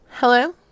Hello